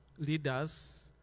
leaders